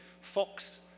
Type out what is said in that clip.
Fox